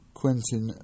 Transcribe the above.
Quentin